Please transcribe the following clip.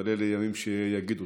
אבל ימים יגידו.